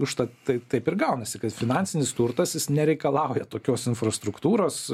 užtat tai taip ir gaunasi kad finansinis turtas jis nereikalauja tokios infrastruktūros